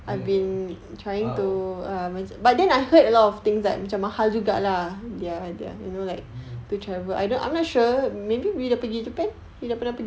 !wow!